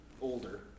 older